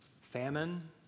famine